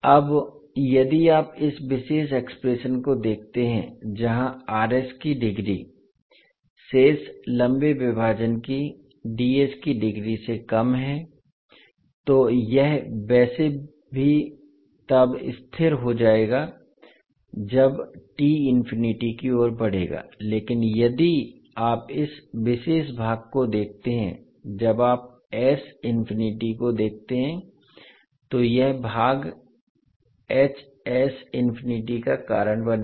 अब यदि आप इस विशेष एक्सप्रेशन को देखते हैं जहाँ की डिग्री शेष लंबे विभाजन की की डिग्री से कम है तो यह वैसे भी तब स्थिर हो जाएगा जब t इन्फिनिटी की ओर बढ़ेगा लेकिन यदि आप इस विशेष भाग को देखते हैं जब आप s इन्फिनिटी को देखते हैं तो यह भाग इन्फिनिटी का कारण बनेगा